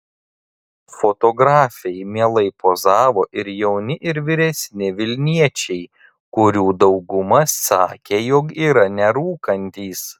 fotografei mielai pozavo ir jauni ir vyresni vilniečiai kurių dauguma sakė jog yra nerūkantys